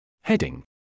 Heading